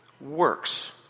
works